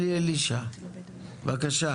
אלי אלישע, בבקשה.